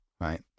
right